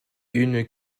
une